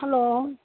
hello